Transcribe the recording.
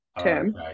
term